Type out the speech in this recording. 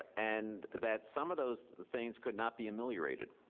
ah and that some of those things could not be ameliorated.